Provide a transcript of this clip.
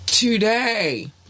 Today